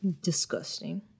Disgusting